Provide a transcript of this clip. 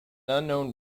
unknown